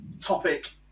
topic